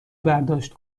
برداشت